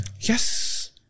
Yes